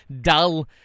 dull